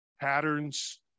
patterns